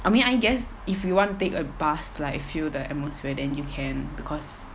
I mean I guess if you want to take a bus like feel the atmosphere than you can because